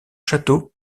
châteaux